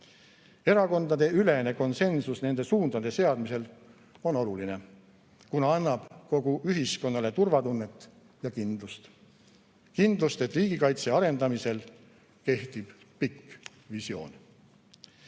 Erakondadeülene konsensus nende suundade seadmisel on oluline, sest annab kogu ühiskonnale turvatunnet ja kindlust, et riigikaitse arendamisel kehtib pikk